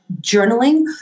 journaling